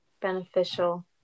beneficial